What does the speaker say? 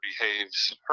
behaves